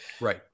right